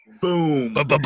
Boom